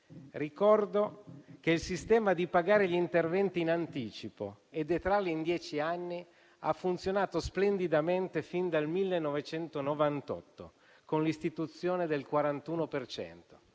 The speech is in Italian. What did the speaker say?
Ricordo che il sistema di pagare gli interventi in anticipo e detrarli in dieci anni ha funzionato splendidamente fin dal 1998 con l'istituzione della